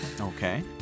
Okay